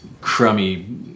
crummy